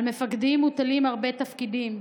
על מפקדים מוטלים הרבה תפקידים: